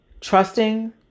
Trusting